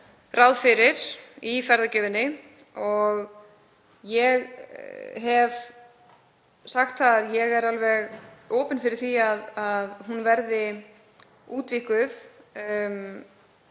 ráð fyrir í ferðagjöfinni og ég hef sagt að ég sé alveg opin fyrir því að hún verði útvíkkuð